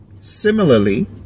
similarly